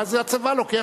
ואז הצבא לוקח,